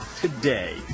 today